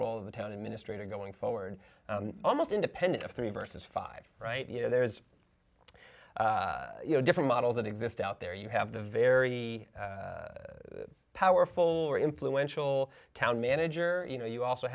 role of the town administrator going forward almost independent of three versus five right you know there is you know different models that exist out there you have the very powerful or influential town manager you know you also